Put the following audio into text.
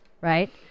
right